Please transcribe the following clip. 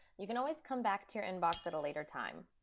you can always come back to your inbox at a later time.